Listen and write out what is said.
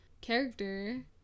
character